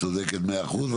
צודקת 100 אחוז.